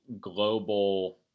global